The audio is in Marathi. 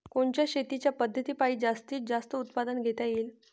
कोनच्या शेतीच्या पद्धतीपायी जास्तीत जास्त उत्पादन घेता येईल?